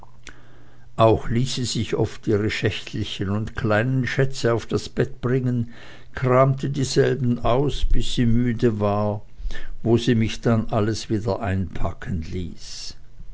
auch ließ sie sich oft ihre schächtelchen und kleinen schätze auf das bett bringen kramte dieselben aus bis sie müde war wo sie mich dann alles wieder einpacken ließ